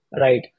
right